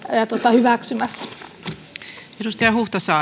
hyväksymässä